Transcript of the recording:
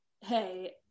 hey